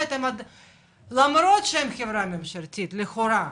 למרות שהם חברה ממשלתית לכאורה,